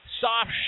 Soft